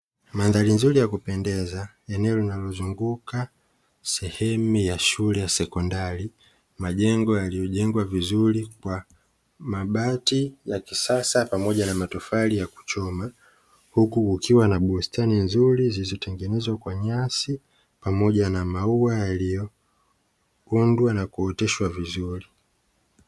Mandhari nzuri ya kupendeza, eneo linalozunguka sehemu ya shule ya sekondari. Majengo yaliyojengwa vizuri kwa mabati ya kisasa pamoja na matofali ya kuchoma, huku kukiwa na bustani nzuri zilizotengenezwa kwa nyasi pamoja na maua yaliyoundwa na kuoteshwa vizuri.